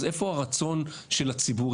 אז איפה הרצון של הציבור,